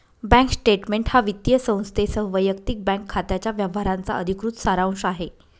bank statement हा वित्तीय संस्थेसह वैयक्तिक बँक खात्याच्या व्यवहारांचा अधिकृत सारांश आहे